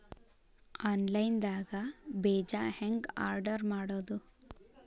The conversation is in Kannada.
ಆನ್ಲೈನ್ ದಾಗ ಬೇಜಾ ಹೆಂಗ್ ಆರ್ಡರ್ ಮಾಡೋದು?